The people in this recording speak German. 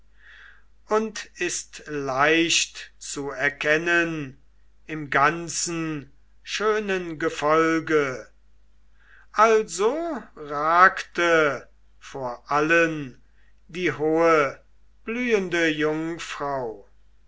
und ist leicht zu erkennen im ganzen schönen gefolge also ragte vor allen die hohe blühende jungfrau